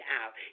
out